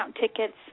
tickets